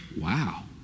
wow